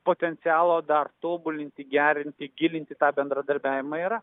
potencialo dar tobulinti gerinti gilinti tą bendradarbiavimą yra